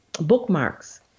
bookmarks